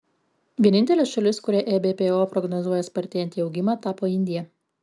vienintelė šalis kuriai ebpo prognozuoja spartėjantį augimą tapo indija